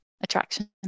attraction